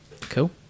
Cool